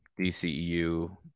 DCEU